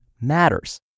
matters